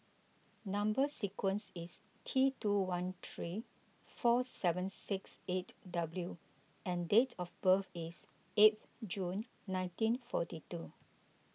Number Sequence is T two one three four seven six eight W and date of birth is eight June nineteen forty two